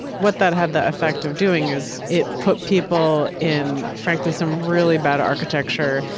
what that had the effect of doing is it put people in, frankly, some really bad architecture,